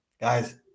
guys